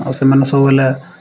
ଆଉ ସେମାନେ ସବୁ ହେଲେ